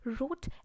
wrote